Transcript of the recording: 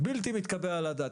זה בלתי מתקבל על הדעת.